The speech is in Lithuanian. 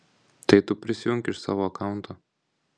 tai tu prisijunk iš savo akaunto